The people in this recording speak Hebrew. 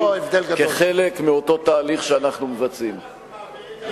כחלק מאותו תהליך שאנחנו מבצעים.